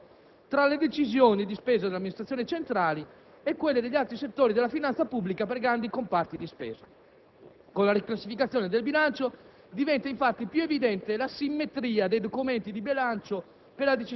Emerge, in sostanza, l'esigenza di rafforzare il raccordo tra la decisione di spesa delle amministrazioni centrali e quelle degli altri settori della finanza pubblica per grandi comparti di spesa.